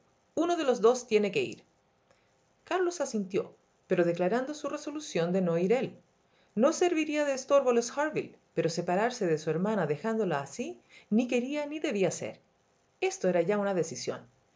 uno de los dos tiene que ir carlos asintió pero declarando su resolución ríe no ir él no serviría de estorbo a los harville pero separarse de su hermana dejándola así ni quería ni debía ser esto era ya una decisión enriqueta